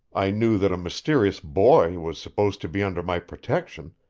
i knew that a mysterious boy was supposed to be under my protection,